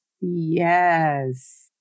Yes